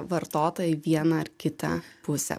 vartotoją į vieną ar kitą pusę